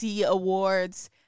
Awards